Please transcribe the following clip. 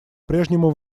прежнему